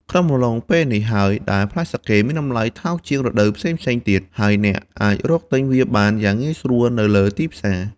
ក្នុងអំឡុងពេលនេះហើយដែលផ្លែសាកេមានតម្លៃថោកជាងរដូវផ្សេងៗទៀត ហើយអ្នកអាចរកទិញវាបានយ៉ាងងាយស្រួលនៅលើទីផ្សារ។